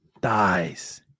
dies